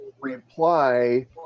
reply